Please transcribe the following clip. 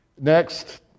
Next